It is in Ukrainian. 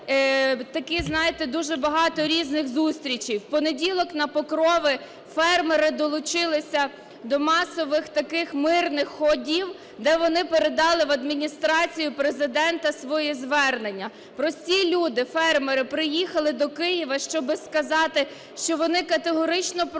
такі, знаєте, дуже багато різних зустрічей. В понеділок на Покрову фермери долучилися до масових таких мирних ходів, де вони передали в Адміністрацію Президента свої звернення. Прості люди, фермери, приїхали до Києва щоби сказати, що вони категорично проти